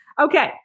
Okay